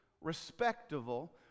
respectable